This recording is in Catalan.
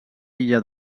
illa